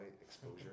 exposure